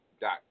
dot